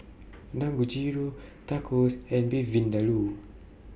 Dangojiru Tacos and Beef Vindaloo